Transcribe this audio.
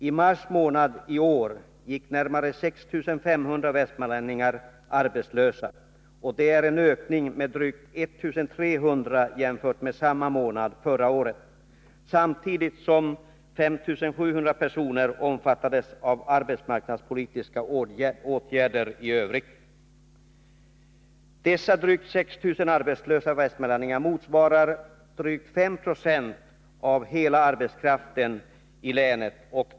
I mars månad i år gick närmare 6 500 västmanlänningar arbetslösa, en ökning med drygt 1 300 jämfört med samma månad förra året, samtidigt som 5700 personer omfattades av arbetsmarknadspolitiska åtgärder i övrigt. Dessa drygt 6 000 arbetslösa västmanlänningar motsvarar drygt 5 90 av hela arbetskraften i länet.